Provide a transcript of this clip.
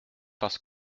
parce